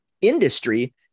industry